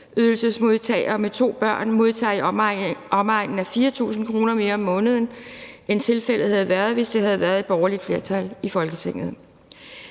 integrationsydelsesmodtager med to børn modtager i omegnen af 4.000 kr. mere om måneden, end tilfældet havde været, hvis der havde været et borgerligt flertal i Folketinget.